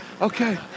Okay